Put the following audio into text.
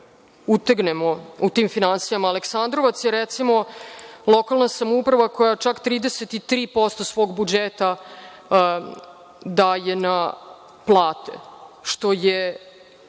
utegnemo u tim finansijama. Aleksandrovac je recimo, lokalna samouprava koja čak 33% svog budžeta daje na plate što je